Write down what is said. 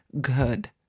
good